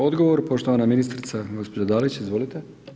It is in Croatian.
Odgovor poštovana ministrica gospođa Dalić, izvolite.